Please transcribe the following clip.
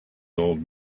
old